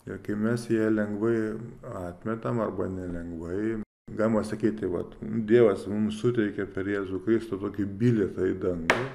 ir kai mes ją lengvai atmetam arba nelengvai galima sakyti vat dievas mums suteikė per jėzų kristų tokį bilietą į dangų